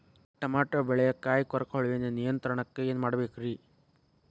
Tomato ಬೆಳೆಯ ಕಾಯಿ ಕೊರಕ ಹುಳುವಿನ ನಿಯಂತ್ರಣಕ್ಕ ಏನ್ ಮಾಡಬೇಕ್ರಿ?